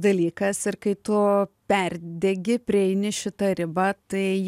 dalykas ir kai tu perdegi prieini šitą ribą tai